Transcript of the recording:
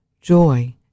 joy